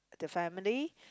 the family